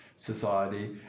society